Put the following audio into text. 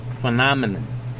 Phenomenon